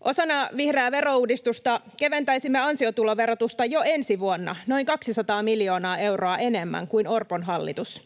Osana vihreää verouudistusta keventäisimme ansiotuloverotusta jo ensi vuonna noin 200 miljoonaa euroa enemmän kuin Orpon hallitus.